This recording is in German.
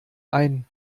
ein